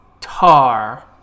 tar